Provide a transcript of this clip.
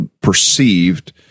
perceived